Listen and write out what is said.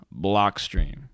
Blockstream